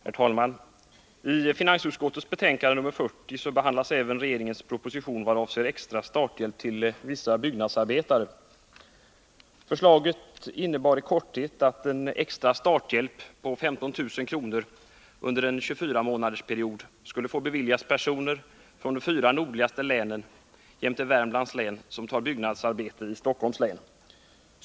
Herr talman! I finansutskottets betänkande nr 40 behandlas även regeringens proposition vad avser extra starthjälp till vissa byggnadsarbetare. Förslaget innebär i korthet att en extra starthjälp på 15 000 kr. under en 24-månadersperiod skulle få beviljas personer från de fyra nordligaste länen jämte Värmlands län som tar byggnadsarbete i Stockholms län.